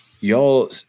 y'all